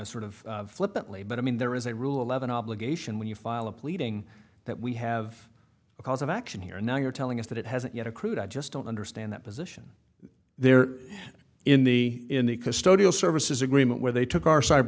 sort of flippantly but i mean there is a rule eleven obligation when you file a pleading that we have a cause of action here and now you're telling us that it hasn't yet accrued i just don't understand that position there in the in the custodial services agreement where they took our cyber